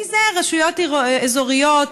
כי אלה רשויות אזוריות,